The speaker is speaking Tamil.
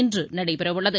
இன்று நடைபெறவுள்ளது